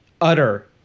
utter